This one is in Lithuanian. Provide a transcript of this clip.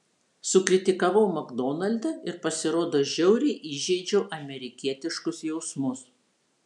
sukritikavau makdonaldą ir pasirodo žiauriai įžeidžiau amerikietiškus jausmus